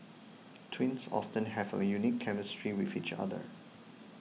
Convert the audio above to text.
twins often have a unique chemistry with each other